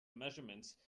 measurements